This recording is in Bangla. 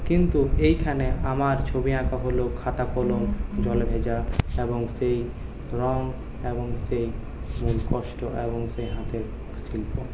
কিন্তু এইখানে আমার ছবি আঁকা হল খাতা কলম জলে ভেজা এবং সেই রং এবং সেই মূল কষ্ট এবং সেই হাতের শিল্প